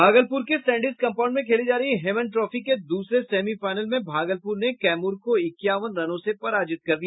भागलपुर के सैंडिस ग्राउंड में खेली जा रही हेमन ट्राफी के दूसरे सेमीफाइनल में भागलपुर ने कैमूर को इक्यावन रनों से पराजित कर दिया